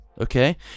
okay